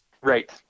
Right